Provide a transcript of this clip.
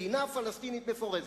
מדינה פלסטינית מפורזת.